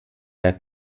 der